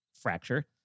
fracture